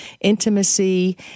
intimacy